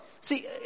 See